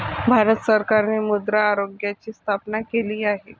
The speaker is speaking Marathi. भारत सरकारने मृदा आरोग्याची स्थापना केली आहे